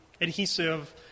adhesive